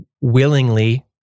willingly